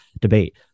debate